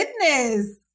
goodness